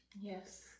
Yes